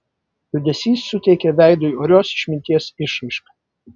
liūdesys suteikė veidui orios išminties išraišką